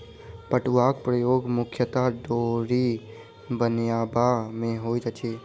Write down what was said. पटुआक उपयोग मुख्यतः डोरी बनयबा मे होइत अछि